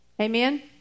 Amen